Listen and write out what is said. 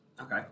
Okay